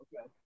Okay